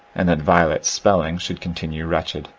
and that violet's spelling should continue wretched.